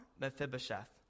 Mephibosheth